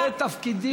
זה תפקידי,